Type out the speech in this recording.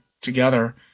together